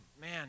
man